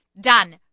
done